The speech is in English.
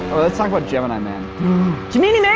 let's talk about gemini man gemini